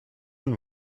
and